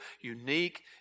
unique